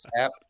app